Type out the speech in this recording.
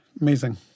Amazing